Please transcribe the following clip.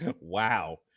Wow